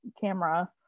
camera